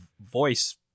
voice